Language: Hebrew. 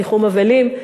ניחום אבלים,